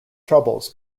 troubles